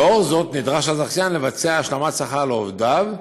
לאור זאת נדרש הזכיין לבצע השלמת שכר לעובדים,